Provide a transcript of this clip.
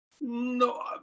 No